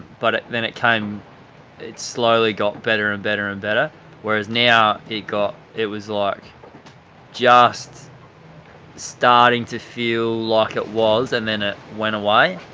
but it then it came it slowly got better and better and better whereas now it got it was like just starting to feel like it was and then it went away.